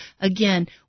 again